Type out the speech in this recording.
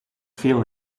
veel